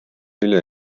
vilja